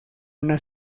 una